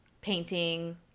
painting